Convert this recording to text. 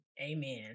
Amen